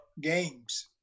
games